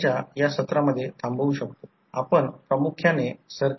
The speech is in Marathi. आता सर्व सूत्रे आणि I2 100 अँपिअर 0